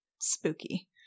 spooky